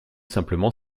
simplement